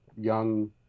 young